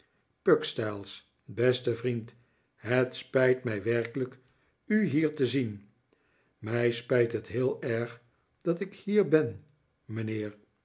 beste vriend het spijt mij werkelijk u hier te zien mij spijt het heel erg dat ik hier ben mijnheer